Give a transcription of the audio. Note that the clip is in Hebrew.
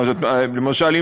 למשל,